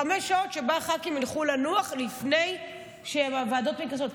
חמש שעות שבהן הח"כים ילכו לנוח לפני שהוועדות מתכנסות.